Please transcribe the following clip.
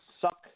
suck